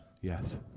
Yes